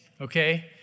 Okay